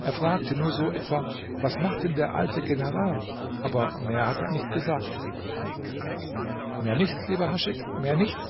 er fragte nur so etwa was macht denn der alte general aber mehr hat er nicht gesagt mehr nicht lieber haschek mehr nicht